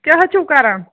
کیٛاہ حظ چھُو کَران